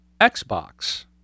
Xbox